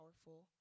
powerful